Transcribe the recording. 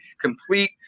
complete